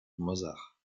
mozart